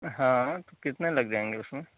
हँ तो कितने लग जाएंगे उसमें